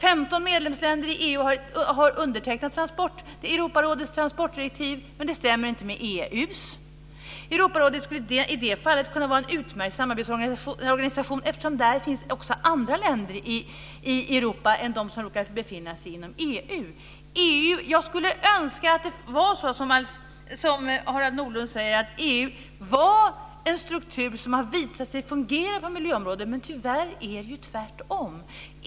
15 medlemsländer i EU har undertecknat Europarådets transportdirektiv men det stämmer inte med EU:s. Europarådet skulle i det fallet kunna vara en utmärkt samarbetsorganisation eftersom där finns med också andra länder i Europa än de som råkar befinna sig inom EU. Jag skulle önska att det var så som Harald Nordlund säger - att EU var en struktur som visat sig fungera på miljöområdet. Tyvärr är det tvärtom.